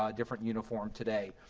ah different uniform today.